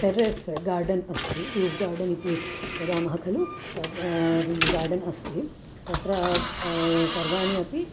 terrace garden अस्ति roof garden इति वदामः खलु तद् गार्डन् अस्ति तत्र सर्वाणि अपि